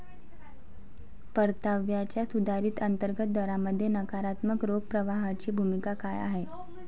परताव्याच्या सुधारित अंतर्गत दरामध्ये नकारात्मक रोख प्रवाहाची भूमिका काय आहे?